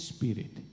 Spirit